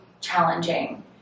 challenging